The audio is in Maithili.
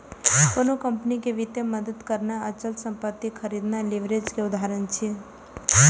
कोनो कंपनी कें वित्तीय मदति करनाय, अचल संपत्ति खरीदनाय लीवरेज के उदाहरण छियै